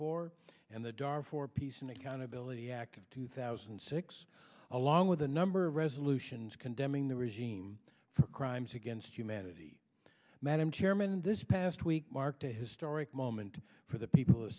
four and the door for peace and accountability act of two thousand and six along with a number of resolutions condemning the regime for crimes against humanity madam chairman this past week marked a historic moment for the people